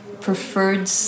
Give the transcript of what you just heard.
preferred